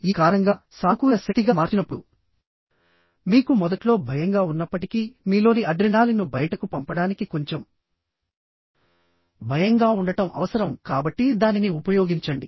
ఈ కారణంగాదానిని సానుకూల శక్తిగా మార్చడానికి ప్రయత్నిస్తున్నప్పుడు మీకు మొదట్లో భయంగా ఉన్నప్పటికీ మీలోని అడ్రినాలిన్ను బయటకు పంపడానికి కొంచెం భయంగా ఉండటం అవసరం కాబట్టి దానిని ఉపయోగించండి